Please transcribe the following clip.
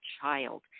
child